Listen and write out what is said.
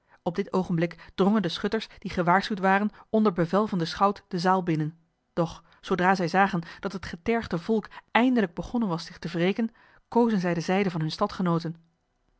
op dit oogenblik drongen de schutters die gewaarschuwd waren onder bevel van den schout de zaal binnen doch zoodra zij zagen dat het getergde volk eindelijk begonnen was zich te wreken kozen zij de zijde van hunne